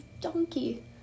donkey